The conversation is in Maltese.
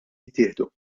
jittieħdu